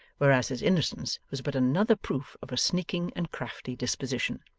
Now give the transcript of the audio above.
whereas his innocence was but another proof of a sneaking and crafty disposition.